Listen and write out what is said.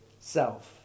self